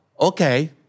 okay